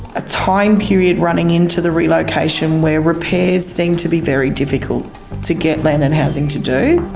a time period running into the relocation where repairs seem to be very difficult to get land and housing to do.